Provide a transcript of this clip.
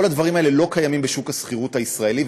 כל הדברים האלה לא קיימים בשוק השכירות הישראלי,